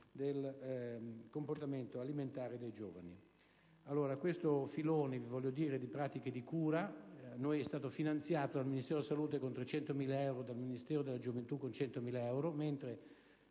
del comportamento alimentare dei giovani. Questo filone di pratiche di cura è stato finanziato dal Ministero della salute con 300.000 euro e dal Ministro per la gioventù con 100.000 euro, mentre